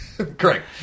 Correct